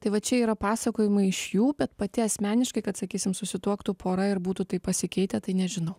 tai va čia yra pasakojimai iš jų bet pati asmeniškai kad sakysim susituoktų pora ir būtų taip pasikeitę tai nežinau